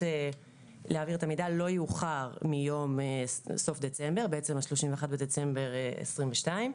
להעביר את המידע לא יאוחר מ-31 בדצמבר 2022,